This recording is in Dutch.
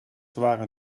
waren